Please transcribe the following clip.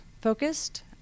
focused